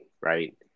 right